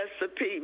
recipe